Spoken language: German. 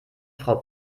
frau